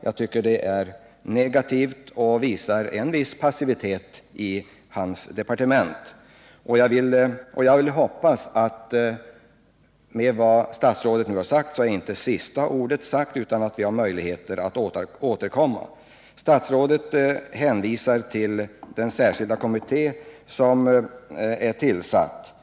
Jag tycker det är negativt och att det ger uttryck för en viss passivitet inom industriministerns departement. Men jag vill hoppas att statsrådets svar inte innebär att sista ordet är sagt, utan att vi har möjligheter att återkomma. Statsrådet hänvisar till den särskilda kommitté som är tillsatt.